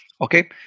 Okay